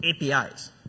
APIs